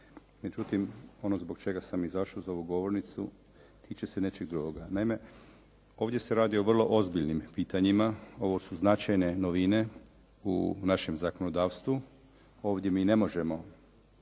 Međutim, ono zbog čega sam izašao na ovu govornicu tiče se nečega drugoga. Naime, ovdje se radi o vrlo ozbiljnim pitanjima, ovo su značajne novine u našem zakonodavstvu. Ovdje mi ne možemo